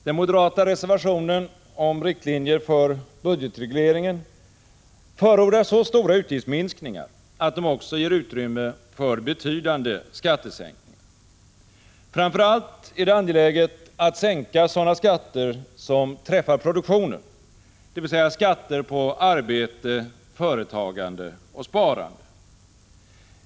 Den moderata reservationen om riktlinjer för budgetregleringen förordar så stora utgiftsminskningar att de också ger utrymme för betydande skattesänkningar. Framför allt är det angeläget att sänka sådana skatter som träffar produktionen, dvs. skatter på arbete, företagande och sparande.